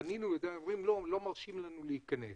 פנינו ואמרו שלא מרשים להם להיכנס.